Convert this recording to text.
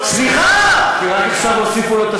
כי רק עכשיו הוסיפו לו את,